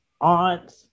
aunt